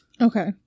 Okay